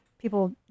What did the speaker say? People